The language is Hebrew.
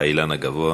האילן הגבוה.